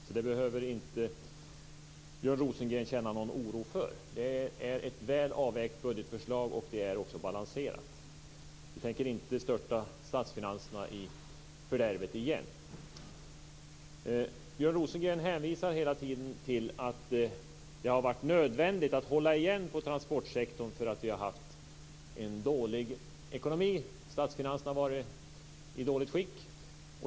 Björn Rosengren behöver inte känna någon oro för det. Det är ett väl avvägt budgetförslag, och det är också balanserat. Vi tänker inte störta statsfinanserna i fördärvet igen. Björn Rosengren hänvisar hela tiden till att det har varit nödvändigt att hålla igen på transportsektorn för att vi har haft en dålig ekonomi, att statsfinanserna har varit i dåligt skick.